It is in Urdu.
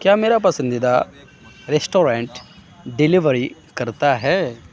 کیا میرا پسندیدہ ریسٹورنٹ ڈیلیوری کرتا ہے